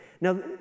Now